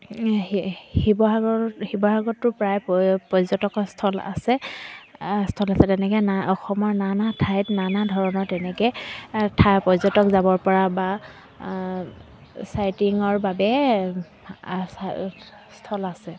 শিৱসাগৰ শিৱসাগৰতটো প্ৰায় পৰ্যটকৰ স্থল আছে স্থল আছে তেনেকৈ না অসমৰ নানা ঠাইত নানা ধৰণৰ তেনেকৈ ঠাই পৰ্যটক যাব পৰা বা চাইটিঙৰ বাবে স্থল আছে